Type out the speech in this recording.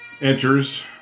enters